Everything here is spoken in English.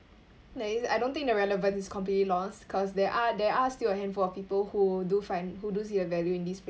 that is I don't think the relevance is completely lost cause there are there are still a handful of people who do find who do see a value in this